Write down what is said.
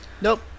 nope